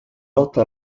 lotta